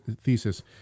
thesis